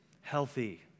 healthy